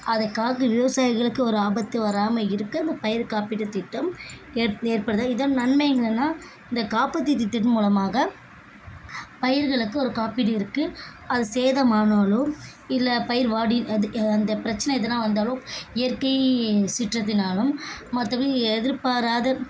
அதற்காக விவசாயிகளுக்கு வர்ற ஆபத்து வராமல் இருக்க இந்த பயிர் காப்பீட்டுத் திட்டம் ஏற் ஏற்படுது இதன் நன்மை என்னென்னா இந்த காப்பீடு திட்டத்தின் மூலமாக பயிர்களுக்கு ஒரு காப்பீடு இருக்கு அது சேதம் ஆனாலோ இல்லை பயிர் வாடி அது அந்த பிரச்சனை எதனா வந்தாலோ இயற்கை சீற்றத்தினாலும் மற்றப்படி எதிர்பாராத